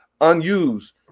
Unused